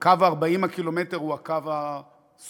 שקו 40 הקילומטר הוא הקו הסופי,